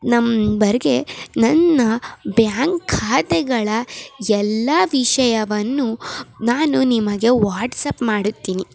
ನಂಬರ್ಗೆ ನನ್ನ ಬ್ಯಾಂಕ್ ಖಾತೆಗಳ ಎಲ್ಲಾ ವಿಷಯವನ್ನು ನಾನು ನಿಮಗೆ ವಾಟ್ಸಪ್ ಮಾಡುತ್ತೀನಿ